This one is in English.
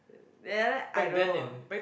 then I don't know